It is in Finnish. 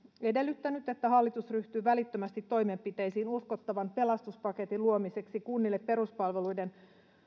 edellyttänyt että hallitus ryhtyy välittömästi toimenpiteisiin uskottavan pelastuspaketin luomiseksi kunnille peruspalveluiden